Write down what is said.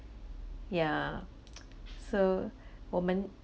yeah so 我们